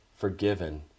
forgiven